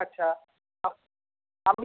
আচ্ছা আমি